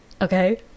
okay